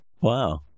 Wow